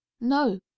No